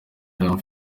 jean